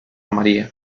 maría